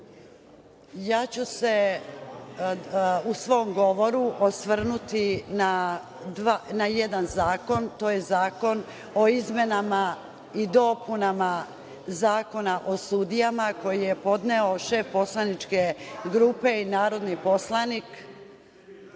poslanice, u svom govoru osvrnuću se na jedan zakon, to je Zakon o izmenama i dopunama Zakona o sudijama, koji je podneo šef poslaničke grupe i narodni poslanik,